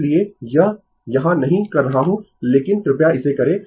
इसलिए यह यहाँ नहीं कर रहा हूँ लेकिन कृपया इसे करें